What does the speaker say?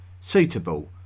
suitable